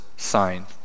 Sign